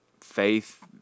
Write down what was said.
faith